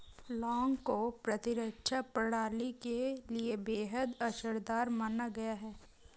लौंग को प्रतिरक्षा प्रणाली के लिए बेहद असरदार माना गया है